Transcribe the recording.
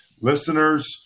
listeners